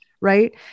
Right